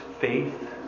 faith